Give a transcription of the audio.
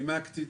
נימקתי.